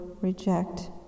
reject